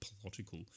political